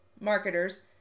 marketers